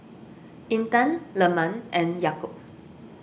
Intan Leman and Yaakob